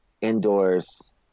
indoors